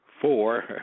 four